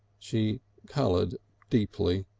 she coloured deeply.